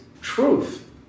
truth